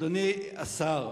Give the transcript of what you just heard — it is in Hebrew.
אדוני השר,